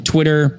Twitter